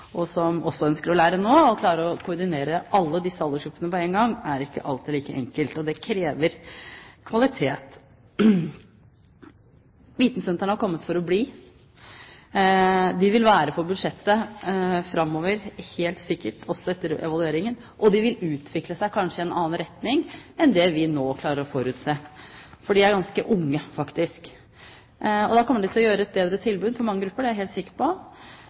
som også ønsker å lære noe. Å klare å koordinere alle disse aldersgruppene på en gang, er ikke alltid like enkelt. Det krever kvalitet. Vitensentrene har kommet for å bli. De vil være på budsjettet framover – helt sikkert også etter evalueringen. De vil kanskje utvikle seg i en annen retning enn det vi nå klarer å forutse, for de er ganske unge. Da kommer de til å gi et bedre tilbud for mange grupper, det er jeg helt sikker på.